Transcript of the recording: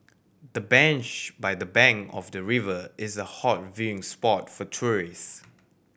the bench by the bank of the river is a hot viewing spot for tourists